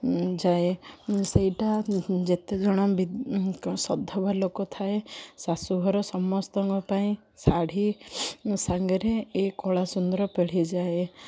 ଯାଏ ସେଇଟା ଯେତେଜଣ ସଧବା ଲୋକ ଥାଏ ଶାଶୁଘର ସମସ୍ତଙ୍କ ପାଇଁ ଶାଢ଼ୀ ସାଙ୍ଗରେ ଏ କଳା ସୁନ୍ଦର ପିଢ଼ିଯାଏ